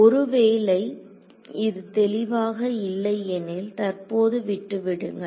ஒருவேளை இது தெளிவாக இல்லை எனில் தற்போது விட்டு விடுங்கள்